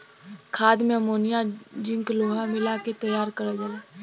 खाद में ammonia zinc लोहा मिला के तैयार करल जाला